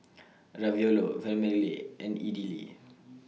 Ravioli Vermicelli and Idili